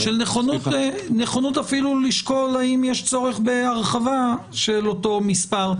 של נכונות אפילו לשקול האם יש צורך בהרחבה של אותו מספר,